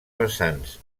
vessants